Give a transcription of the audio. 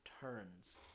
turns